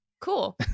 cool